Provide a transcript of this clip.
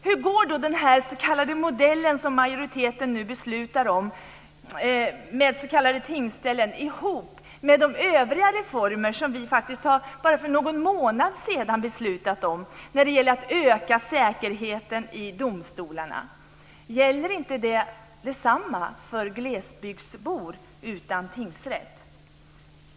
Hur går den s.k. modellen som majoriteten nu beslutar om med s.k. tingsställen ihop med de övriga reformer som vi bara för någon månad har beslutat om när det gäller att öka säkerheten i domstolarna? Gäller inte det för glesbygdsbor utan tingsrätt?